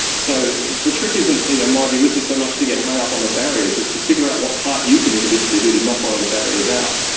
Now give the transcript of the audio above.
so the trick isn't, in um my view, so much to get hung up on the barriers, is to figure out what part you can individually do to knock one of the barriers out.